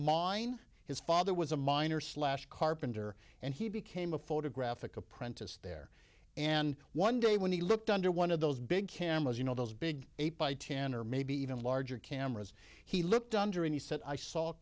mine his father was a miner slash carpenter and he became a photographic apprentice there and one day when he looked under one of those big cameras you know those big eight by ten or maybe even larger cameras he looked